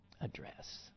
address